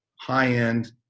high-end